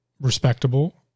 respectable